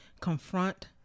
confront